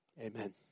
Amen